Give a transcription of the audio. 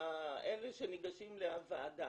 אלה שניגשים לוועדה.